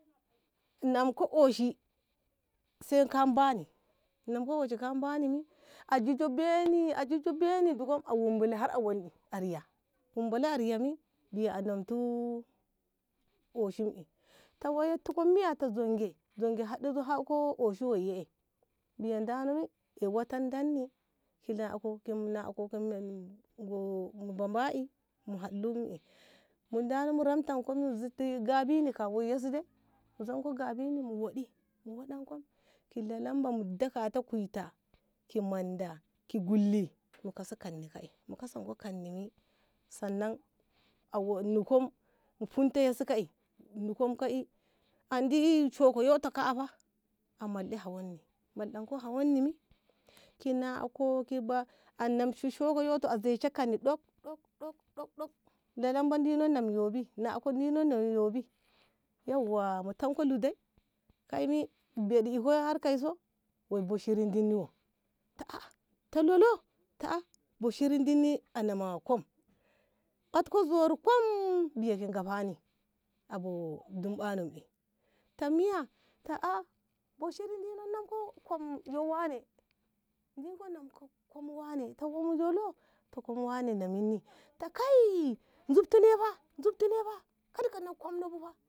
namko oshi sai ka bani namko oshi ka bani mi a jijo beni a jijo beni diko a wumbule har a wonɗe a riya wunbule a riya me biya a namtu oshin me ta woiye tiko miya ta zonge zonge hako oshin woiye biya dano mi a watandanni ki nako ki mi nako ki ngo mama'imu haɗ lumu ei mu dano mu ramtanko mu zitti gyabini ka yesi dai mu zanko gyabini mu woɗi mu wodanko ki lalamba mu dakata kuita ki manda ki gulli mu kasi kanni ka'i mu kasan me sanna a woɗni kum mu hinte wosi ka'i nukom ka'i andi shoko ƙoto ka'a fa a mallade hawonni mallaɗanko hawonni mi ki nako ki ba anamshe shoko ƙoto a zeshe kanni ɗok ɗok dok dok dok lalamba dino nam yono nahko dino nam yobi yauwa mu tanko luh dai kai mi beɗi iko har kaiso boshiri dino ta'a ta lolo ta boshiri dinni nama kom batko zori kom biya ngahani a boduɓɓano mi ta miya ta a boshiri dinni nama ko kom yo wane dino namko kom wane ta wom zo lo ta kom wane naminni ta kai zubti ne fa zubti ne fa kar ka ngaf kom no bu fa.